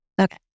Okay